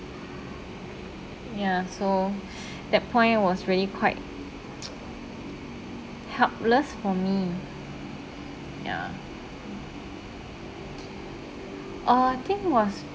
ya so that point was really quite helpless for me ya uh I think was